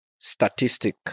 statistic